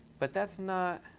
but that's not